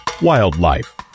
wildlife